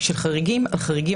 של חריגים על חריגים,